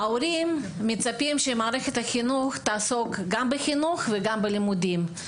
ההורים מצפים שמערכת החינוך תעסוק גם בחינוך וגם בלימודים.